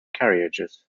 carriages